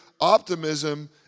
optimism